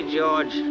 George